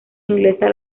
inglesa